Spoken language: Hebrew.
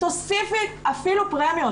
תוסיפי אפילו פרמיות,